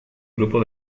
grupo